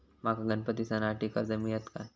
माका गणपती सणासाठी कर्ज मिळत काय?